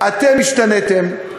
אתם השתניתם,